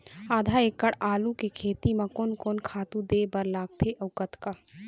आधा एकड़ आलू के खेती म कोन कोन खातू दे बर लगथे अऊ कतका?